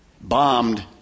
bombed